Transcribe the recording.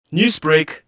Newsbreak